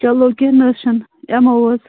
چلو کیٚنٛہہ نہَ حظ چھُنہٕ یِمَو حظ